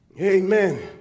Amen